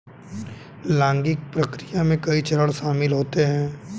logging प्रक्रिया में कई चरण शामिल होते है